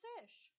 Fish